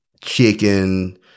chicken